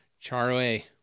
Charlie